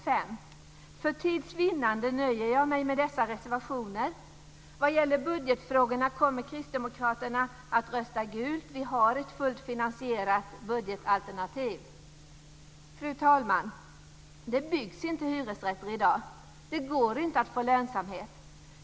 För tids vinnande nöjer jag mig med dessa reservationer. Vad gäller budgetfrågorna kommer kristdemokraterna att rösta gult. Vi har ett fullt finansierat budgetalternativ. Fru talman! Det byggs inga hyresrätter i dag. Det går inte att få lönsamhet.